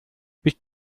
bist